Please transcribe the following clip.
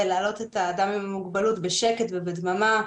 להעלות את האדם עם המוגבלות בשקט ובדממה,